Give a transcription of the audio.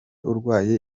urwaye